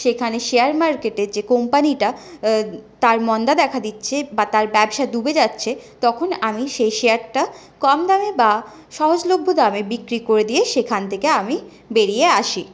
সেখানে শেয়ার মার্কেটে যে কোম্পানিটা তার মন্দা দেখা দিচ্ছে বা তার ব্যবসা ডুবে যাচ্ছে তখন আমি সেই শেয়ারটা কমদামে বা সহজ লভ্য দামে বিক্রি করে দিয়ে সেখান থেকে আমি বেরিয়ে আসি